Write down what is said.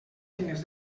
eines